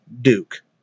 Duke